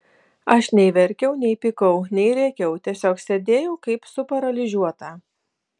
aš nei verkiau nei pykau nei rėkiau tiesiog sėdėjau kaip suparalyžiuota